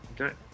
Okay